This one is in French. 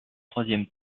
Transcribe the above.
troisième